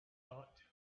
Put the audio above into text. thought